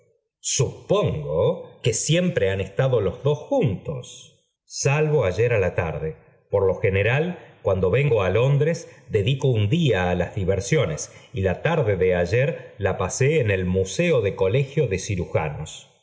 supongo que siempre han estado los dos jun tm ay f á a tarde por lo general cuando rk tm d d c t día á las diversiones o de ayer pasé en el museo del colegio de cirujanos